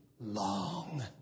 long